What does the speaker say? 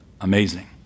amazing